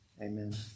amen